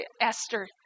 Esther